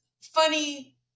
funny